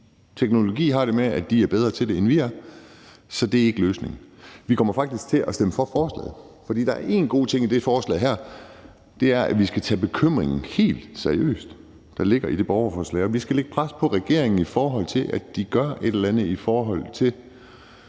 med at være sådan, at de er bedre til teknologi, end vi er. Så det er ikke løsningen. Vi kommer faktisk til at stemme for forslaget, fordi der er én god ting i det forslag her, og det er, at vi skal tage bekymringen, der ligger i det borgerforslag, helt seriøst, og vi skal lægge pres på regeringen, for at de gør et eller andet i forhold til